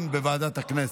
כלכלה,